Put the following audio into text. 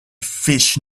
fish